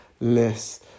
less